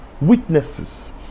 witnesses